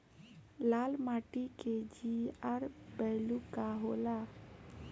लाल माटी के जीआर बैलू का होला?